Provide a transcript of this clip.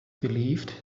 believed